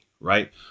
right